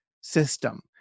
system